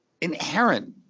inherent